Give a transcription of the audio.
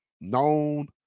known